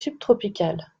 subtropicales